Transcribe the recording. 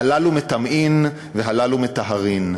הללו מטמאין והללו מטהרין,